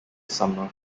summer